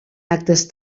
actes